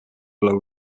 below